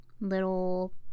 little